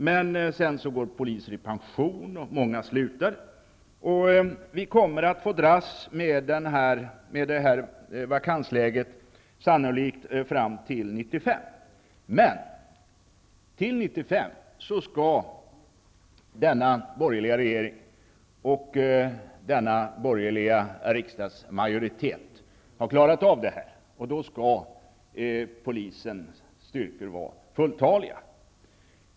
Men sedan går poliser i pension och många slutar, och vi kommer att få dras med vakanslägen sannolikt fram till 1995. Då skall denna borgerliga regering och denna borgerliga riksdagsmajoritet ha klarat av det här, och då skall polisens styrkor vara fulltaliga.